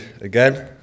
again